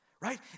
Right